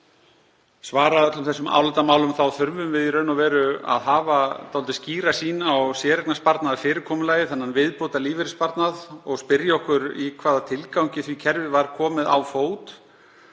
svara öllum þessum álitamálum þá þurfum við í raun og veru að hafa dálítið skýra sýn á séreignarsparnaðarfyrirkomulagið, þennan viðbótarlífeyrissparnað, og spyrja okkur í hvaða tilgangi því kerfi var komið á fót.